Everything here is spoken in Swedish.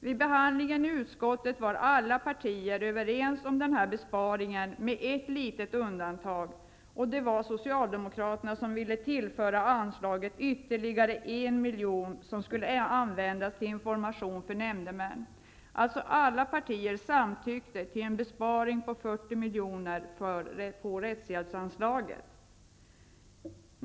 Vid behandlingen i utskottet var alla partier överens om den här besparingen, med ett litet undantag. Det var socialdemokraterna som ville tillföra anslaget ytterligare en miljon, som skulle användas till information för nämndemän. Alla partier samtyckte alltså till en besparing på 40 milj.kr. på rättshjäpsanslaget.